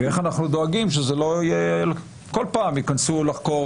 איך אנחנו דואגים שלא כל פעם ייכנסו לחקור